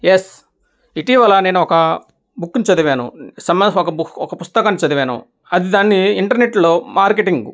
yes ఇటీవల నేను ఒక బుక్కుని చదివాను సమ్మర్ బుక్ ఒక పుస్తకాన్ని చదివాను అది దాన్ని ఇంటర్నెట్లో మార్కెటింగ్